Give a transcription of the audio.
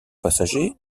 passager